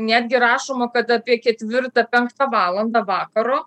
netgi rašoma kad apie ketvirtą penktą valandą vakaro